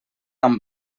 amb